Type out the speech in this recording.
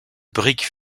briques